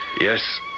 yes